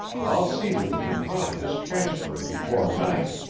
i'll see that the deposit is transferred before night.